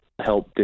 help